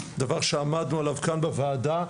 דבר שעמדנו עליו כאן בוועדה.